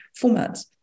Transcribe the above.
formats